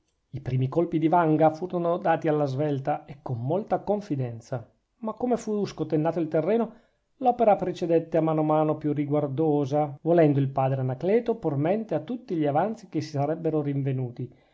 i primi colpi di vanga furono dati alla svelta e con molta confidenza ma come fu scotennato il terreno l'opera procedette a mano a mano più riguardosa volendo il padre anacleto por mente a tutti gli avanzi che si sarebbero rinvenuti